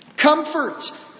Comfort